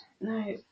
no